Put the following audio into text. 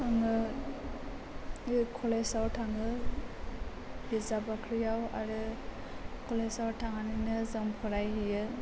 आङो कलेजआव थाङो बिजाब बाख्रियाव आरो कलेजआव थांनानैनो जों फरायहैयो